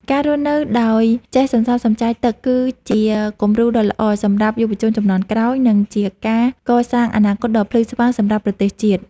ការរស់នៅដោយចេះសន្សំសំចៃទឹកគឺជាគំរូដ៏ល្អសម្រាប់យុវជនជំនាន់ក្រោយ និងជាការកសាងអនាគតដ៏ភ្លឺស្វាងសម្រាប់ប្រទេសជាតិ។